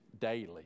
daily